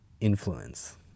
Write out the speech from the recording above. influence